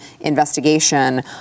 investigation